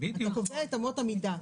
אתה קובע את אמות המידה.